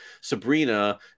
Sabrina